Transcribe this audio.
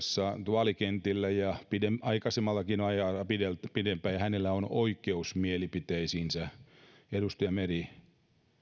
vaalikentillä ja aikaisemmallakin ajalla pidempään pidempään ja hänellä on oikeus mielipiteisiinsä edustaja meri